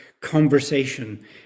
conversation